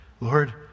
Lord